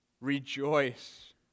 Rejoice